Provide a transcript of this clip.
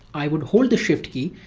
i would hold the shift key,